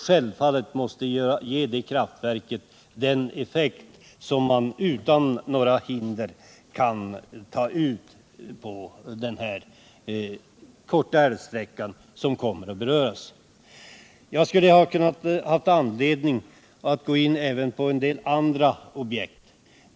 Självfallet måste detta kraftverk få den effekt som man utan hinder kan ta ut på den korta älvsträcka som kommer att beröras. Det hade funnits anledning för mig att gå in även på en del andra objekt.